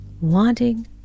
Wanting